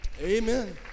Amen